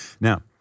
Now